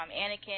Anakin